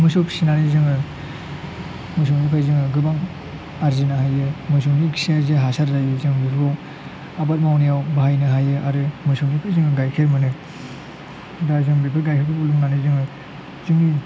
मोसौ फिसिनानै जोङो मोसौनिफ्राय जोङो गोबां आरजिनो हायो मोसौनि खिया जे हासार जायो जों बेखौ आबाद मावनायाव बाहायनो हायो आरो मोसौनिफ्राय जोङो गाइखेर मोनो दा जों बेफोर गाइखेरखौ लोंनानै जोङो जोंनि